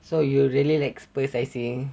so you really like spurs I see